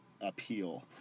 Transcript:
appeal